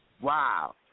Wow